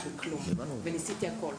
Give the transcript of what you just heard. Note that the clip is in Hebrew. וניסיתי הכל.